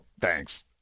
Thanks